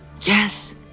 Yes